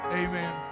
amen